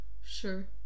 sure